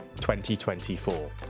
2024